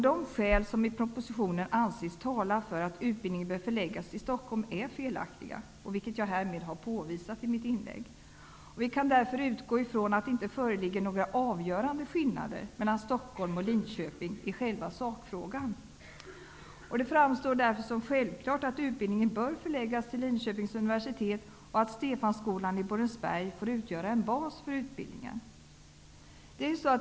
De skäl som i propositionen anses tala för att utbildningen bör förläggas till Stockholm är felaktiga, vilket jag härmed har påvisat i mitt inlägg. Vi kan därför utgå ifrån att det inte föreligger några avgörande skillnader mellan Stockholm och Linköping i själva sakfrågan. Det framstår därför som självklart att utbildningen bör förläggas till Linköpings universitet och att Stefanskolan i Borensberg får utgöra en bas för utbildningen.